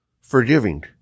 forgiving